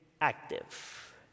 active